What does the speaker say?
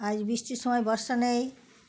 আজ বৃষ্টির সময় বর্ষা নেই